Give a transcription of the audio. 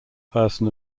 person